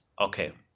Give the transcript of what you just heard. okay